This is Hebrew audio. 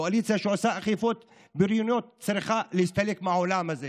קואליציה שעושה אכיפות בריוניות צריכה להסתלק מהעולם הזה,